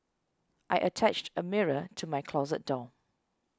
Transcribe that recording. I attached a mirror to my closet door